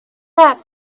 that